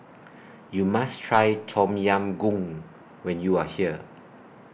YOU must Try Tom Yam Goong when YOU Are here